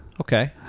Okay